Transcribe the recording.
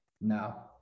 No